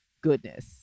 goodness